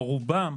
או רובם,